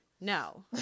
no